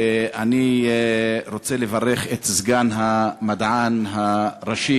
ואני רוצה לברך את סגן המדען הראשי